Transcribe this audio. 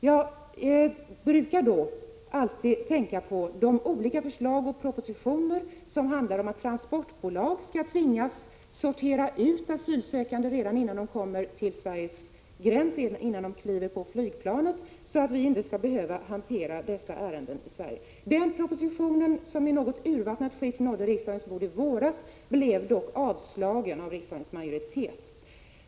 Jag brukar i detta sammanhang tänka på de olika förslag och propositioner som handlar om att transportbolag skall tvingas sortera ut asylsökande redan innan de kommer till Sveriges gräns — rent av innan de kliver på flygplanet — så att vi inte skall behöva hantera dessa ärenden i Sverige. Den proposition som i något urvattnat skick nådde riksdagen i våras blev dock avslagen av riksdagens majoritet.